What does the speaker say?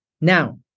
now